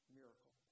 miracle